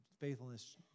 faithfulness